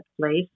place